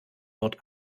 dort